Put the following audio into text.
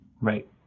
Right